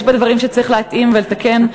יש בה דברים שצריך להתאים ולתקן,